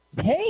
Hey